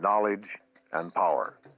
knowledge and power.